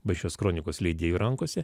bažnyčios kronikos leidėjų rankose